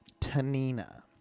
Tanina